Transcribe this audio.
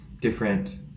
different